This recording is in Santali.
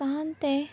ᱥᱟᱦᱟᱱ ᱛᱮ